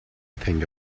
think